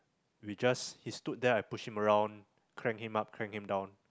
we just he stood there I push him around crank him up crank him down